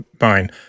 fine